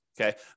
Okay